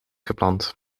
gepland